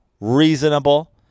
reasonable